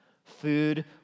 Food